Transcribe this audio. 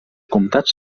comptats